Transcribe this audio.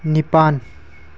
ꯅꯤꯄꯥꯜ